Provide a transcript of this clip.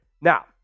Now